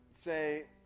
say